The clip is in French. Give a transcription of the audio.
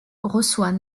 reçoit